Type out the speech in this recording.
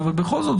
אבל בכל זאת,